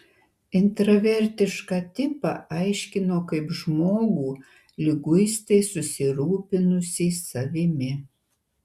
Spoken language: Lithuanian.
intravertišką tipą aiškino kaip žmogų liguistai susirūpinusį savimi